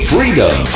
Freedom